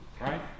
Right